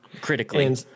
critically